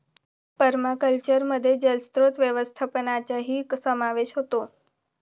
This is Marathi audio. पर्माकल्चरमध्ये जलस्रोत व्यवस्थापनाचाही समावेश होतो